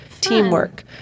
teamwork